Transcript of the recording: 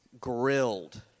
grilled